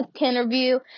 interview